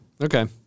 Okay